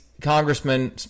Congressman